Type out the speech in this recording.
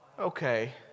okay